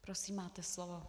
Prosím, máte slovo.